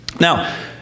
Now